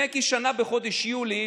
בחודש יולי